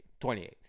28